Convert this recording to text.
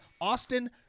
Austin